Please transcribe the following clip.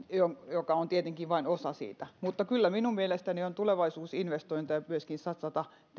joka on tietenkin vain osa siitä mutta kyllä minun mielestäni on tulevaisuusinvestointeja myöskin satsata